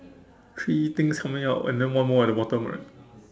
three things coming out and then one more at the bottom right